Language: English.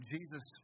Jesus